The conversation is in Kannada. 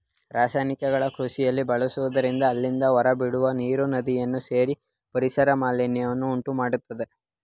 ರಾಸಾಯನಿಕಗಳನ್ನು ಕೃಷಿಯಲ್ಲಿ ಬಳಸುವುದರಿಂದ ಅಲ್ಲಿಂದ ಹೊರಬಿಡುವ ನೀರು ನದಿಯನ್ನು ಸೇರಿ ಪರಿಸರ ಮಾಲಿನ್ಯವನ್ನು ಉಂಟುಮಾಡತ್ತದೆ